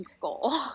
goal